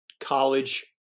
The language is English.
college